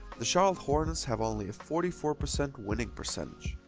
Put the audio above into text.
the charlotte hornets have only a forty four percent winning percentage.